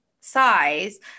size